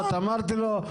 אמרתי לו,